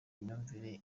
imyumvire